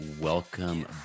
welcome